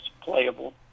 playable